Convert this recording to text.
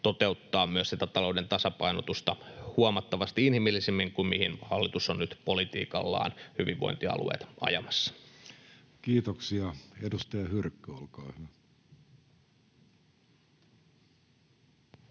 toteuttaa myös sitä talouden tasapainotusta huomattavasti inhimillisemmin kuin mihin hallitus on nyt politiikallaan hyvinvointialueet ajamassa. [Speech 8] Speaker: Jussi Halla-aho